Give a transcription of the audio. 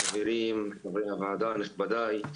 חברים, חברי הוועדה, נכבדי.